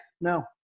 no